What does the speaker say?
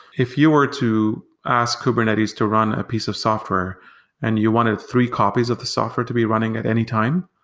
if you were to ask kubernetes to run a piece of software and you want three copies of the software to be running at any time.